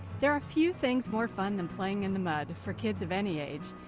there are few things more fun than playing in the mud. for kids of any age.